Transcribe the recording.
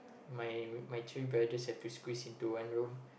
my my three brothers have to squeeze into one room